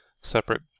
separate